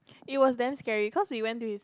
it was damn scary cause we went to his